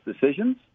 decisions